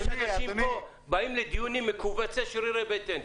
יש אנשים שבאים לדיון מכווצי שרירי בטן.